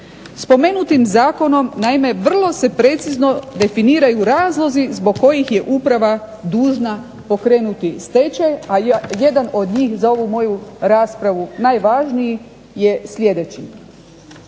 Spomenutim zakonom, naime vrlo se precizno definiraju razlozi zbog kojih je uprava dužna pokrenuti stečaj, a jedan od njih za ovu moju raspravu najvažniji je sljedeći.